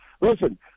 Listen